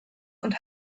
und